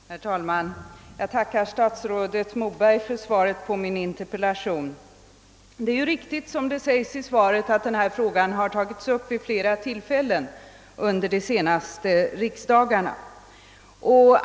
Herr talman! Jag tackar statsrådet Moberg för svaret på min interpellation. Det är ju riktigt som det sägs i svaret att denna fråga har tagits upp vid flera tillfällen under de senaste riksdagarna.